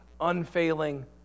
unfailing